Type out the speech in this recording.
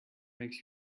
makes